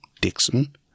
Dixon